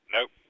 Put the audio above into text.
Nope